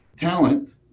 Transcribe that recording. talent